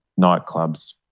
nightclubs